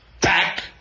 Back